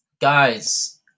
Guys